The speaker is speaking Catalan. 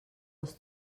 als